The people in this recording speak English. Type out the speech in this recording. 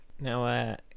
Now